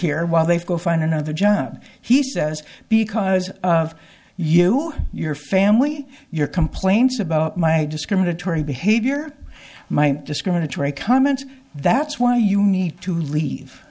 here while they go find another job he says because of you or your family your complaints about my discriminatory behavior my discriminatory comments that's why you need to